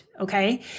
okay